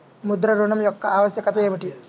ముద్ర ఋణం యొక్క ఆవశ్యకత ఏమిటీ?